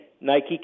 Nike